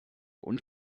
und